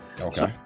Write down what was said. Okay